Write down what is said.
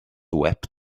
wept